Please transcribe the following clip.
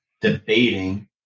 debating